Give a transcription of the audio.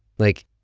like,